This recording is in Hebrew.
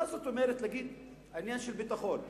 מה זאת אומרת להגיד עניין של ביטחון?